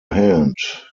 hand